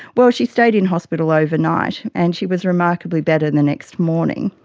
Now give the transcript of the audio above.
well, she stayed in hospital overnight, and she was remarkably better the next morning.